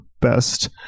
best